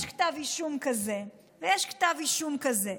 יש כתב אישום כזה ויש כתב אישום כזה,